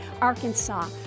Arkansas